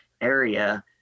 area